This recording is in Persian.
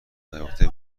نیافته